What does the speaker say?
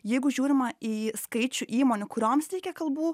jeigu žiūrima į skaičių įmonių kurioms teikia kalbų